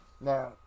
now